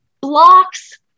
blocks